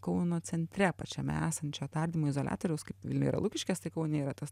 kauno centre pačiame esančio tardymo izoliatoriaus kaip vilniuje yra lukiškės tai kaune yra tas